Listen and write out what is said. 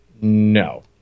No